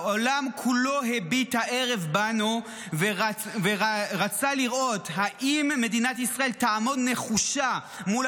העולם כולו הביט הערב בנו ורצה לראות אם מדינת ישראל תעמוד נחושה מול